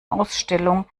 ausstellung